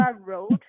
road